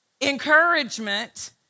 encouragement